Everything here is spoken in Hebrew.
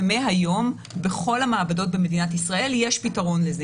ומהיום בכל המעבדות במדינת ישראל יש פתרון לזה.